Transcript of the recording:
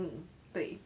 mm 对